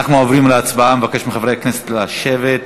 אנחנו עוברים להצבעה, אבקש מחברי הכנסת לשבת.